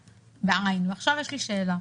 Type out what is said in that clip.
עכשיו יש לי שאלה.